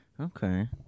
okay